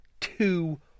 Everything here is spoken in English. Two